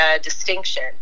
distinction